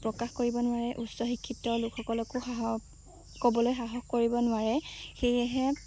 প্ৰকাশ কৰিব নোৱাৰে উচ্চ শিক্ষিত লোকসকলকো সাহস ক'বলৈ সাহস কৰিব নোৱাৰে সেয়েহে